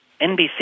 NBC